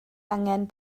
angen